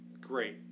great